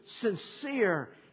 sincere